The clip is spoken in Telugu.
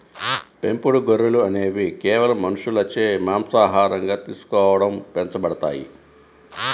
పెంపుడు గొర్రెలు అనేవి కేవలం మనుషులచే మాంసాహారంగా తీసుకోవడం పెంచబడతాయి